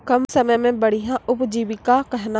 कम समय मे बढ़िया उपजीविका कहना?